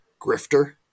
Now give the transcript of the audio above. Grifter